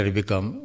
become